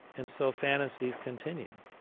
and so fantasies continue.